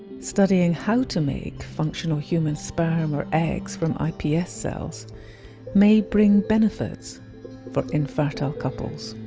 studying how to make functional human sperm or eggs from ips cells may bring benefits for infertile couples.